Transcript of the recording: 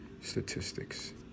Statistics